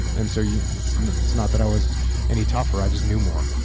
and so yeah it's not that i was any tougher i just knew more.